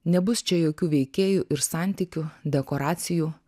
nebus čia jokių veikėjų ir santykių dekoracijų